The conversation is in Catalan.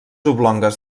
oblongues